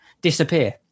disappear